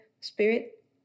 spirit